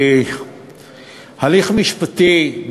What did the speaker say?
הליך משפטי,